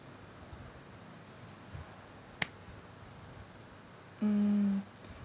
mm